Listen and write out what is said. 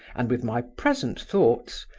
and with my present thoughts,